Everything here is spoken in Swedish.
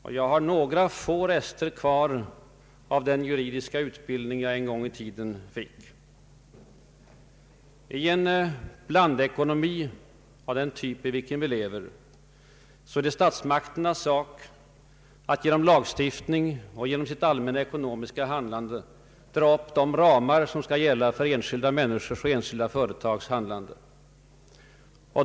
Och jag har alltjämt några rester kvar av den juridiska utbildning jag en gång i tiden fick. I en blandekonomi av den typ i vilken vi lever och som statsministern särskilt apostroferade, är det statsmakternas sak att genom lagstiftning och genom sitt allmänna ekonomiska handlande dra upp ramarna för enskilda människors och enskilda företags handlande.